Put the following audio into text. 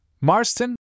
Marston